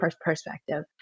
perspective